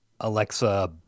Alexa